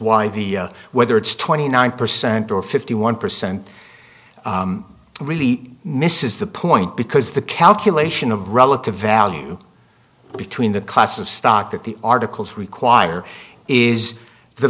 why the whether it's twenty nine percent or fifty one percent really misses the point because the calculation of relative value between the class of stock that the articles require is the